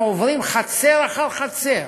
אנחנו עוברים חצר אחר חצר,